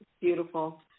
Beautiful